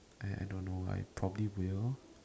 I I don't know why probably will